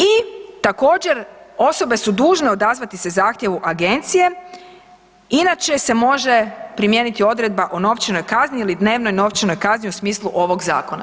I također osobe su dužne odazvati se zahtjevu agencije inače se može primijeniti odredba o novčanoj kazni ili dnevnoj novčanoj kazni u smislu ovog zakona.